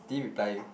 did he reply you